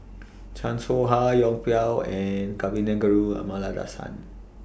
Chan Soh Ha Yong Pung and Kavignareru Amallathasan